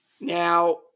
Now